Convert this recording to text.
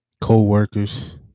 co-workers